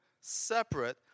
separate